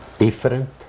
different